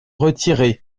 retiré